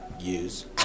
use